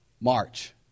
March